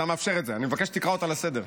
אני מבקש שתקרא אותה לסדר.